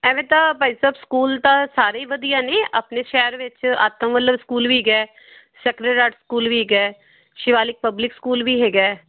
ਐਵੇਂ ਤਾਂ ਭਾਈ ਸਾਹਿਬ ਸਕੂਲ ਤਾਂ ਸਾਰੇ ਹੀ ਵਧੀਆ ਨੇ ਆਪਣੇ ਸ਼ਹਿਰ ਵਿੱਚ ਆਤਮ ਵਾਲਾ ਸਕੂਲ ਵੀ ਹੈਗਾ ਸਕਰੇਡ ਹਾਰਟ ਸਕੂਲ ਵੀ ਹੈਗਾ ਸ਼ਿਵਾਲਿਕ ਪਬਲਿਕ ਸਕੂਲ ਵੀ ਹੈਗਾ